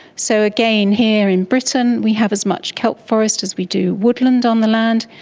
so again, here in britain we have as much kelp forest as we do woodland on the land.